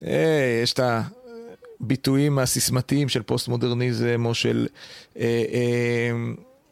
יש את הביטויים הסיסמתיים של פוסט מודרניזם או של...